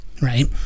Right